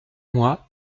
mois